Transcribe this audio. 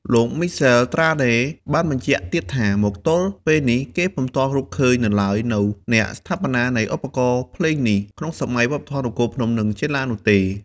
លោកមីសែល ត្រាណេ បានបញ្ជាក់ទៀតថាមកទល់ពេលនេះគេពុំទាន់រកឃើញនៅឡើយនូវអ្នកស្ថាបនានៃឧបករណ៍ភ្លេងនេះ ក្នុងសម័យវប្បធម៌នគរភ្នំ និងចេនឡានោះទេ។